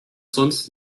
sonst